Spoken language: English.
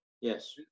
Yes